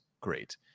Great